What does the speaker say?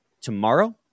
Tomorrow